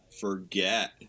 forget